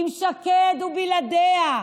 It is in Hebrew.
עם שקד או בלעדיה,